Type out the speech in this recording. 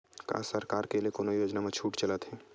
का सरकार के ले कोनो योजना म छुट चलत हे?